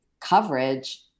coverage